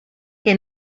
que